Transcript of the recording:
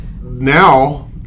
now